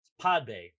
Podbay